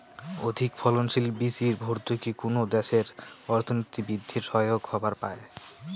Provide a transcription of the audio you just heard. অধিকফলনশীল বীচির ভর্তুকি কুনো দ্যাশের অর্থনীতি বিদ্ধির সহায়ক হবার পায়